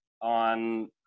on